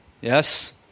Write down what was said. yes